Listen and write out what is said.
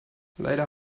leider